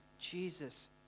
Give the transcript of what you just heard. Jesus